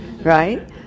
right